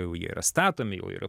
jau jie yra statomi jau yra